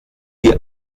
die